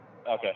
Okay